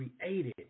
created